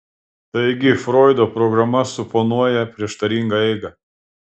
taigi froido programa suponuoja prieštaringą eigą